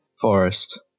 forest